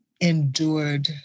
endured